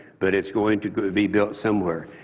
but it's going to going to be built somewhere.